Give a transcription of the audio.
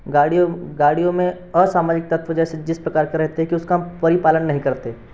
गाड़ियों गाड़ियों में असामाजिक तत्व जैसे जिस प्रकार के रहते हैं कि उसका परिपालन नहीं करते